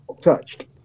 touched